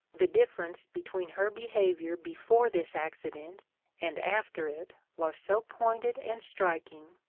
the difference between her behaviour before this accident and after it was so pointed and striking,